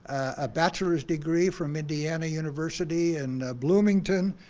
a bachelor's degree from indiana university in bloomington,